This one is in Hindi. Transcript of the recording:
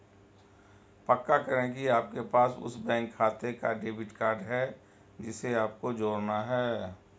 पक्का करें की आपके पास उस बैंक खाते का डेबिट कार्ड है जिसे आपको जोड़ना है